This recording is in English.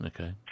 Okay